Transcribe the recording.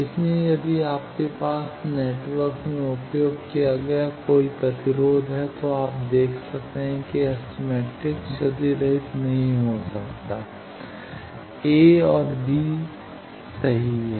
इसलिए यदि आपके पास नेटवर्क में उपयोग किया गया कोई प्रतिरोध है तो आप देख सकते हैं कि S मैट्रिक्स क्षतिरहित नहीं हो सकता a और b बी सही है